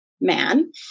man